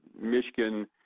Michigan